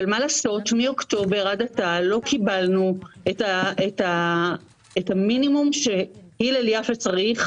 אבל מאוקטובר עד עתה לא קיבלנו את המינימום שהילל יפה צריך,